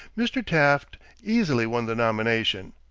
mr. taft easily won the nomination.